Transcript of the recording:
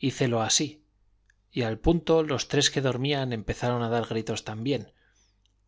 hícelo así y al punto los tres que dormían empezaron a dar gritos también